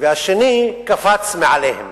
והשני קפץ מעליהם.